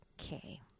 Okay